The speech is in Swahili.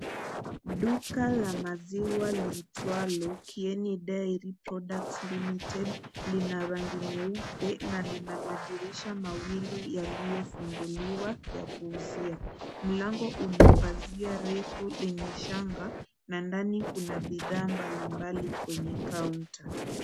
Duka la maziwa liitwalo Kieni Dairy Product Ltd Lina rangi nyeupe na Lina madirisha mawili yaliyofunguliwa ya kuusia, mlango una pasia refu lenye shanga na ndani Kuna bidhaa mbalimbali kwenye kaunta .